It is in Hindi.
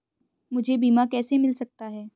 मुझे बीमा कैसे मिल सकता है?